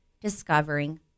discovering